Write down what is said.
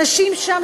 אנשים שם,